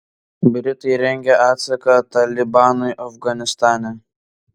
britai rengia atsaką talibanui afganistane